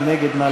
מי נגד?